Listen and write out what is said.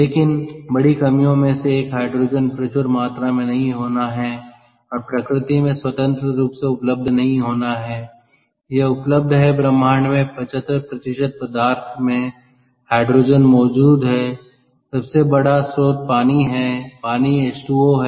लेकिन बड़ी कमियों में से एक हाइड्रोजन प्रचुर मात्रा में नहीं होना है और प्रकृति में स्वतंत्र रूप से उपलब्ध नहीं होना है यह उपलब्ध है ब्रह्मांड में 75 पदार्थ में हाइड्रोजन मौजूद है सबसे बड़ा स्रोत पानी है पानी H2O है